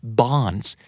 bonds